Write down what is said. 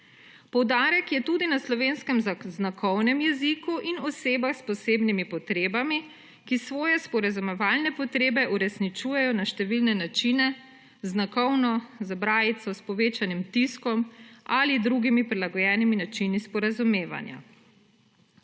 Poudarek je tudi na slovenskem znakovnem jeziku in osebah s posebnimi potrebami, ki svoje sporazumevalne potrebe uresničujejo na številne načine znakovno, z brajlico, s povečanim tiskom ali drugimi prilagojenimi načini sporazumevanja.